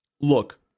Look